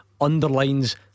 Underlines